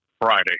Friday